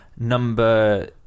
Number